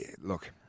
look